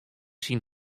syn